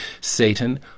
Satan